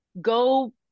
go